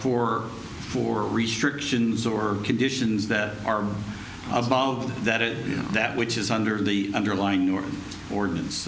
for four restrictions or conditions that are above that it is that which is under the underlying or ordinance